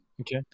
okay